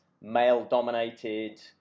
male-dominated